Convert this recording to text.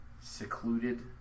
secluded